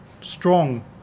strong